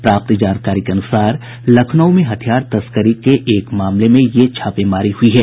प्राप्त जानकारी के अनुसार लखनऊ में हथियार तस्करी के एक मामले में ये छापेमारी हुई है